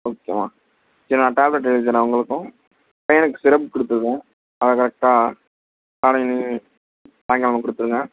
ஓகேம்மா சரி நான் டேப்லெட் எழுதித்தரேன் அவங்களுக்கும் பையனுக்கு சிரப் கொடுத்துருக்கேன் அதை கரெக்டாக காலையில் சாய்ங்காலமும் கொடுத்துருங்க